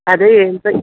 అదే ఇంట్రె